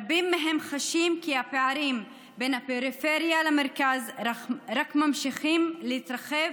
רבים מהם חשים כי הפערים בין הפריפריה למרכז רק ממשיכים להתרחב